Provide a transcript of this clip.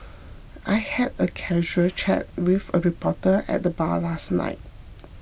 I had a casual chat with a reporter at the bar last night